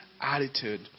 attitude